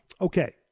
Okay